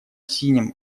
синим